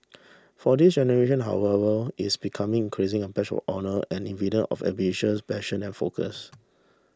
for this generation however it's becoming increasing a badge of honour and evidence of ambition passion and focus